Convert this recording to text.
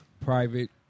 private